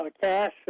cash